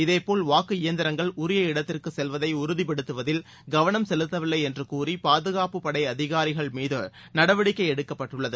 இதே போல் வாக்கு இயந்திரங்கள் உரிய இடத்திற்கு செல்வதை உறுதிப்படுத்துவதில் கவளம் செலுத்தவில்லை என்று கூறி பாதுகாப்புப்படை அதிகாரிகள் மீது நடவடிக்கை எடுக்கப்பட்டுள்ளது